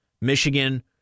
Michigan